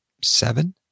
seven